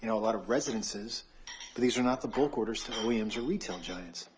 you know a lot of residences. but these are not the bulk orders to the oems or retail giants.